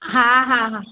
हा हा हा